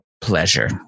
pleasure